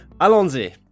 Allons-y